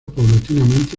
paulatinamente